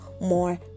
more